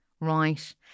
right